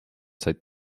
said